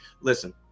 listen